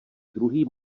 druhý